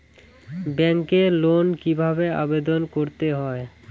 ব্যাংকে লোন কিভাবে আবেদন করতে হয়?